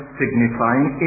signifying